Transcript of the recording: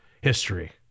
history